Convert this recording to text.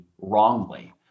wrongly